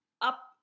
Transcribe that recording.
up